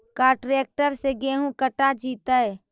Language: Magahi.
का ट्रैक्टर से गेहूं कटा जितै?